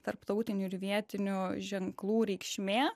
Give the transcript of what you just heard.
tarptautinių ir vietinių ženklų reikšmė